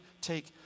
take